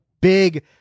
big